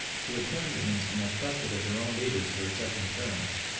who had turned against the most trusted of their own leaders for accepting terms,